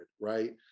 right